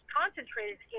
concentrated